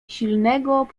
silnego